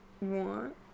want